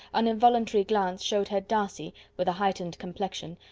an involuntary glance showed her darcy, with a heightened complexion,